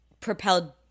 propelled